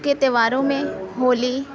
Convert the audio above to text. کے تہواروں میں ہولی